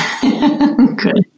Good